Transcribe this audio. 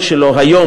היום,